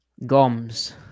Goms